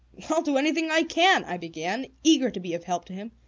i'll do anything i can, i began, eager to be of help to him.